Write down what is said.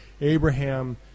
Abraham